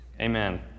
Amen